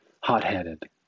hot-headed